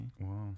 Wow